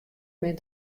min